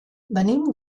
venim